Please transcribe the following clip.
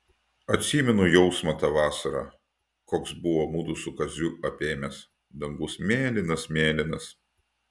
atsimenu jausmą tą vasarą koks buvo mudu su kaziu apėmęs dangus mėlynas mėlynas